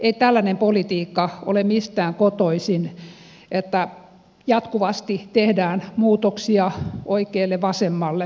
ei tällainen politiikka ole mistään kotoisin että jatkuvasti tehdään muutoksia oikealle vasemmalle